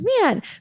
man